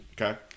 Okay